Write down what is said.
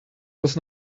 was